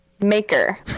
maker